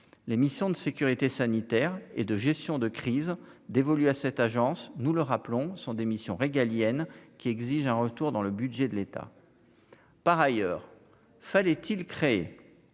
les missions de sécurité sanitaire et de gestion de crise dévolu à cette agence nous le rappelons sont des missions régaliennes qui exigent un retour dans le budget de l'État, par ailleurs, fallait-il créer